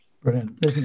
brilliant